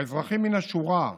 האזרחים מן השורה,